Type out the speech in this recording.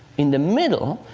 in the middle,